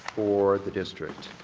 for the district.